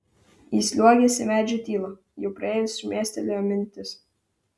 įsliuogęs į medžio tylą jau praėjus šmėstelėjo mintis